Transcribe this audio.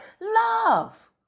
Love